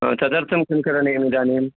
ह तदर्थं किं करणीयमिदानीं